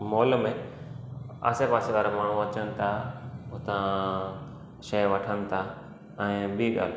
mall में आसे पासे वारा माण्हूं अचनि था हुतां शइ वठनि था ऐं ॿी ॻाल्हि